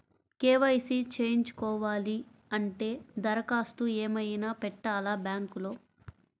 KYC చేయించుకోవాలి అంటే దరఖాస్తు ఏమయినా పెట్టాలా బ్యాంకులో?